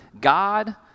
God